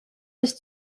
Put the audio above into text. was